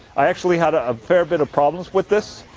i actually had a ah fair bit of problems with this